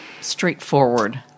straightforward